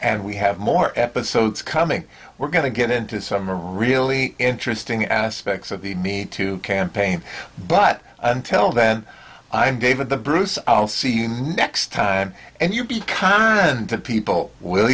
and we have more episodes coming we're going to get into some really interesting aspects of the me to campaign but until then i'm david the bruce i'll see you next time and you'll be kind to people will